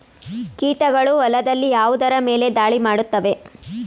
ಕೀಟಗಳು ಹೊಲದಲ್ಲಿ ಯಾವುದರ ಮೇಲೆ ಧಾಳಿ ಮಾಡುತ್ತವೆ?